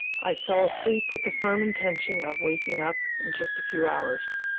i fell asleep with the firm intention of waking up in just a few hours.